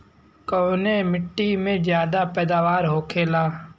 कवने मिट्टी में ज्यादा पैदावार होखेला?